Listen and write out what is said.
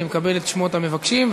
אני מקבל את שמות המבקשים,